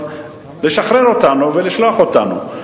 אז לשחרר אותנו ולשלוח אותנו.